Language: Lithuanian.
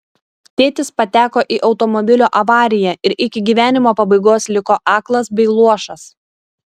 tėtis pateko į automobilio avariją ir iki gyvenimo pabaigos liko aklas bei luošas